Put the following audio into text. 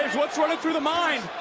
what's through the mind?